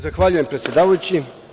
Zahvaljujem predsedavajući.